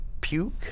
Puke